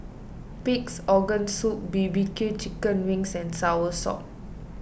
Pig's Organ Soup B B Q Chicken Wings and Soursop